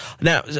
Now